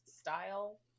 style